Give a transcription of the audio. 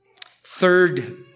third